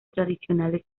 tradicionales